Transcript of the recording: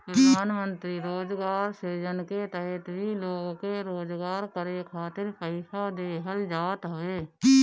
प्रधानमंत्री रोजगार सृजन के तहत भी लोग के रोजगार करे खातिर पईसा देहल जात हवे